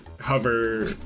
hover